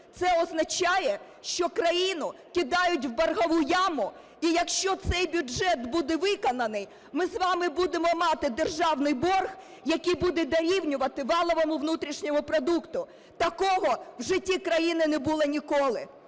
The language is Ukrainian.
Це означає, що країну кидають в боргову яму, і якщо цей бюджет буде виконаний, ми з вами будемо мати державний борг, який буде дорівнювати валовому внутрішньому продукту. Такого в житті країни не було ніколи.